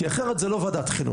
כי אחרת זה לא ועדת חינוך,